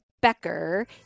Becker